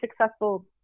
successful